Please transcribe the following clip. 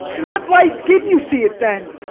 in what light did you see it, then?